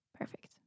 Perfect